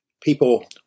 people